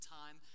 time